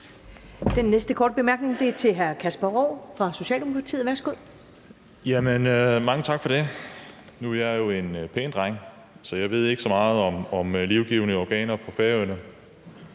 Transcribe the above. Den næste korte bemærkning er til hr. Kasper Roug fra Socialdemokratiet. Værsgo. Kl. 20:59 Kasper Roug (S): Mange tak for det. Nu er jeg jo en pæn dreng, så jeg ved ikke så meget om livgivende organer på Færøerne.